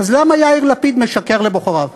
אז למה יאיר לפיד משקר לבוחריו?